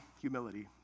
humility